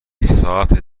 ساعت